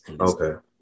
Okay